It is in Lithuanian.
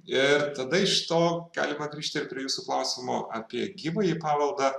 ir tada iš to galima grįžt ir prie jūsų klausimo apie gyvąjį paveldą